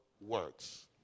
Works